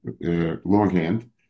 longhand